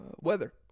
Weather